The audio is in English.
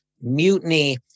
mutiny